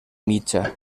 mitja